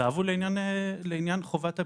הצו הוא לעניין חובת הבידוד.